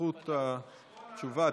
זכות התשובה.